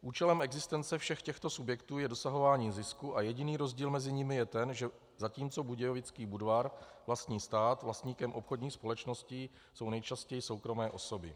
Účelem existence všech těchto subjektů je dosahování zisku a jediný rozdíl mezi nimi je ten, že zatímco Budějovický Budvar vlastní stát, vlastníkem obchodních společností jsou nejčastěji soukromé osoby.